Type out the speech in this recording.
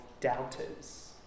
doubters